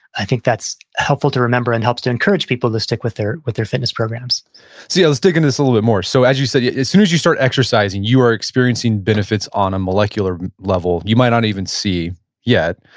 i think that's helpful to remember and helps to encourage people to stick with their with their fitness programs yeah. let's dig into this a little bit more. so as you said, yeah as soon as you start exercising, you are experiencing benefits on a molecular level. you might not even see yet,